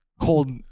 Cold